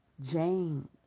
James